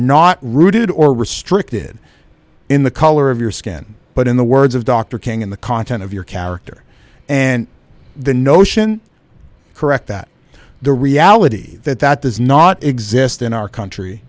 not rooted or restricted in the color of your skin but in the words of dr king in the content of your character and the notion correct that the reality that that does not exist in our country